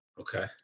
Okay